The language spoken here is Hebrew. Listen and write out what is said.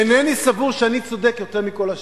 אינני סבור שאני צודק יותר מכל השאר.